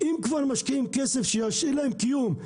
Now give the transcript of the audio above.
אם כבר משקיעים כסף, שישאירו להם לקיום.